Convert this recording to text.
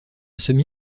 semi